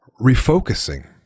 refocusing